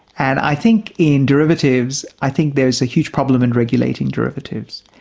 and i think in derivatives i think there is a huge problem in regulating derivatives,